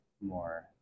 more